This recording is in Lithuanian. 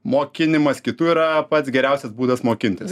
mokinimas kitų yra pats geriausias būdas mokintis